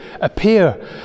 appear